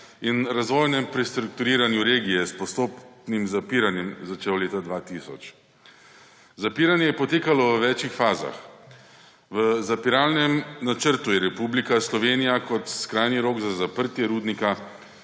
in razvojnem prestrukturiranju regije s postopnim zapiranjem začel leta 2000. Zapiranje je potekalo v več fazah. V zapiralnem načrtu je Republika Slovenija kot skrajni rok za zaprtje rudnika